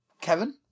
Kevin